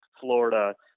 florida